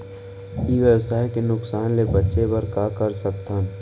ई व्यवसाय के नुक़सान ले बचे बर का कर सकथन?